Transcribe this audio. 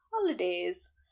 holidays